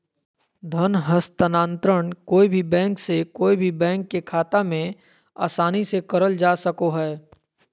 धन हस्तान्त्रंण कोय भी बैंक से कोय भी बैंक के खाता मे आसानी से करल जा सको हय